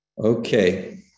Okay